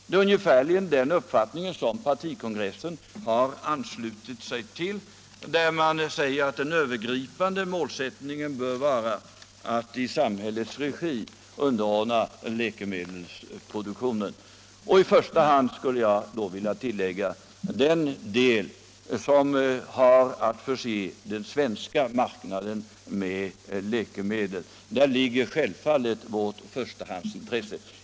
Det är ungefär den uppfattning som partikongressen har anslutit sig till, när man säger att den övergripande målsättningen bör vara att i samhällets regi samordna läkemedelsproduktionen — och i första hand, skulle jag då vilja tillägga, den del som har att förse den svenska marknaden med läkemedel. Där ligger självfallet vårt förstahandsintresse.